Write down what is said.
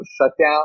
shutdown